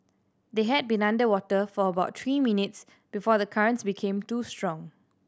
they had been underwater for about three minutes before the currents became too strong